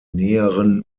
näheren